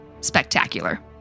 spectacular